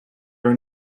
were